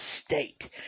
State